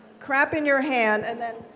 crap in your hand, and then